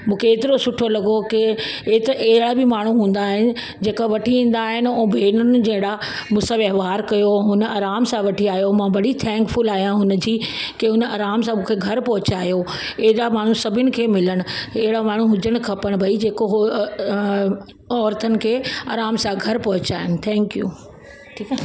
मूंखे एतिरो सुठो लॻो की हेत अहिड़ा बि माण्हू हूंदा आहिनि जेका वठी ईंदा आहिनि ऐं भेनरूनि जहिड़ा मूंसां व्यवहारु कयो हुन आराम सां वठी आयो मां बड़ी थैंक्फुल आहियां हुनजी की हुन आराम सां मूंखे घर पहुचायो अहिड़ा माण्हू सभिनि खे मिलण अहिड़ा माण्हू हुजणु खपनि भाई जेको हो अ औरतनि खे आराम सां घर पहुचाइनि थैंक्यू